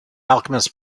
alchemist